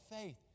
faith